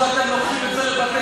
אתם לוקחים את זה לבתי-כנסת,